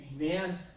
Amen